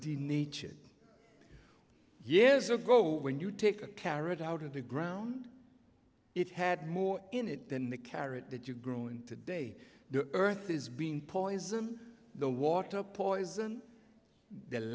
the nature years ago when you take a carrot out of the ground it had more in it than the carrot that you grow into day the earth is being poisoned the water poison th